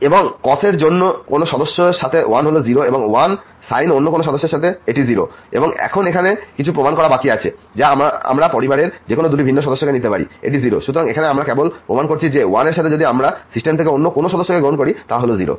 এবং কোসের অন্য কোন সদস্যের সাথে 1 হল 0 1 সাইন অন্য কোন সদস্যের সাথে এটি 0 এবং এখন এখানে কিছু প্রমাণ করা বাকি আছে যে আমরা পরিবারের যেকোনো দুটি ভিন্ন সদস্যকে নিতে পারি এটি 0 সুতরাং এখানে আমরা কেবলমাত্র প্রমাণ করেছি যে 1 এর সাথে যদি আমরা সিস্টেম থেকে অন্য কোন সদস্যকে গ্রহণ করি তা হল 0